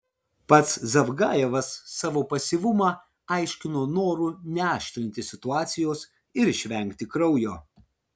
pats zavgajevas savo pasyvumą aiškino noru neaštrinti situacijos ir išvengti kraujo